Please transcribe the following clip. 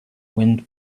wind